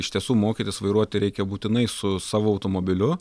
iš tiesų mokytis vairuoti reikia būtinai su savo automobiliu